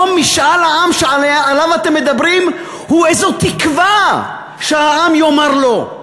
משאל העם שעליו אתם מדברים היום הוא איזו תקווה שהעם יאמר לא.